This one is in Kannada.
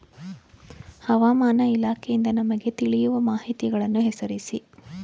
ಹವಾಮಾನ ಇಲಾಖೆಯಿಂದ ನಮಗೆ ತಿಳಿಯುವ ಮಾಹಿತಿಗಳನ್ನು ಹೆಸರಿಸಿ?